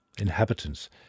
Inhabitants